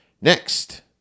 Next